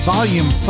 Volume